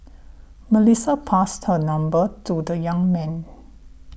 Melissa passed her number to the young man